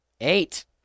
Eight